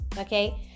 okay